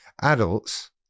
Adults